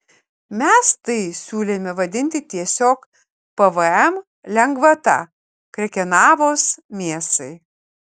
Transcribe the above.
mes tai siūlėme vadinti tiesiog pvm lengvata krekenavos mėsai